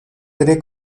tre